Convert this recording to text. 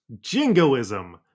Jingoism